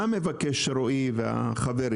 מה מבקשים רועי והחברים